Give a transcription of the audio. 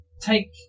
take